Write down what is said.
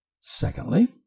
secondly